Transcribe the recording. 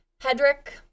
Hedrick